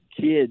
kids